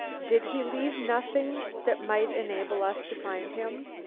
did he leave nothing that might enable us to find him?